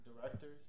directors